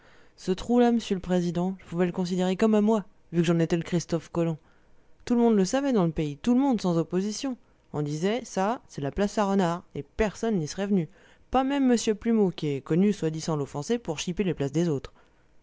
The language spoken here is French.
ce trou là m'sieu l'président je pouvais le considérer comme à moi vu que j'en étais le christophe colomb tout le monde le savait dans le pays tout le monde sans opposition on disait ça c'est la place à renard et personne n'y serait venu pas même m plumeau qu'est connu soit dit sans l'offenser pour chiper les places des autres